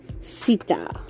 Sita